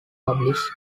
published